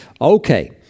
Okay